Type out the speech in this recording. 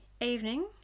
evening